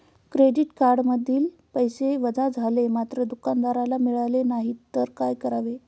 Credit कार्डमधून पैसे वजा झाले मात्र दुकानदाराला मिळाले नाहीत तर काय करावे?